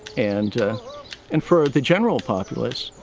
and and for the general populous,